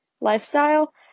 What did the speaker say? lifestyle